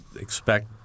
expect